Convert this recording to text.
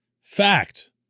Fact